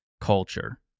culture